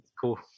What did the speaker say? Cool